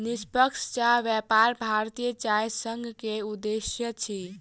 निष्पक्ष चाह व्यापार भारतीय चाय संघ के उद्देश्य अछि